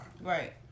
Right